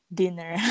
dinner